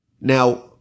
Now